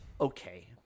okay